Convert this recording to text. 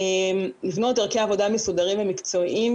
לבנות דרכי עבודה מסודרים ומקצועיים,